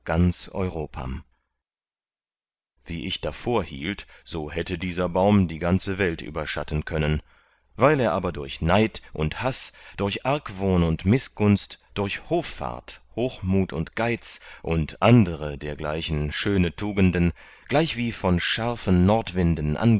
europam wie ich davorhielt so hätte dieser baum die ganze welt überschatten können weil er aber durch neid und haß durch argwohn und mißgunst durch hoffart hochmut und geiz und andere dergleichen schöne tugenden gleichwie von scharfen nordwinden